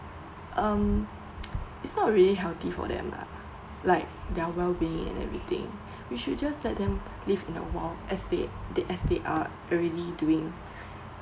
um it's not really healthy for them lah like their well being and everything we should just let them live in the wild as they they as they are already doing